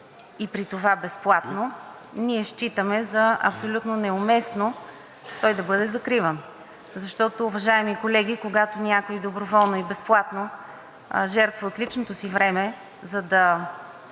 и при това безплатно, ние считаме за абсолютно неуместно той да бъде закриван, защото, уважаеми колеги, когато някой доброволно и безплатно жертва от личното си време, за да